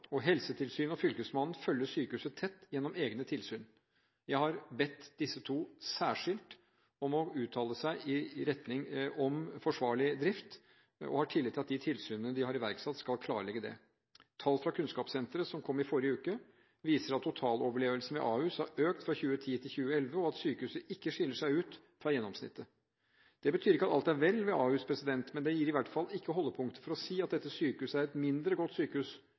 og Helsetilsynet og Fylkesmannen følger sykehuset tett gjennom egne tilsyn. Jeg har bedt disse to særskilt om å uttale seg om forsvarlig drift og har tillit til at de tilsynene de har iverksatt, skal klarlegge det. Tall fra Kunnskapssenteret som kom i forrige uke, viser at totaloverlevelsen ved Ahus har økt fra 2010 til 2011, og at sykehuset ikke skiller seg ut fra gjennomsnittet. Det betyr ikke at alt er vel ved Ahus, men det gir i hvert fall ikke holdepunkter for å si at dette sykehuset er et mindre godt sykehus